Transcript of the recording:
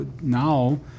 now